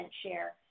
share